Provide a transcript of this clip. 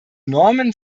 normen